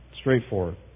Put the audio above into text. Straightforward